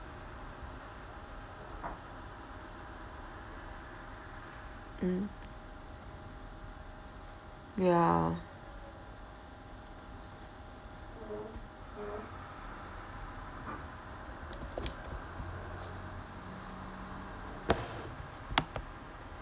mm yeah